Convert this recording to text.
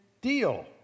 deal